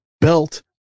Belt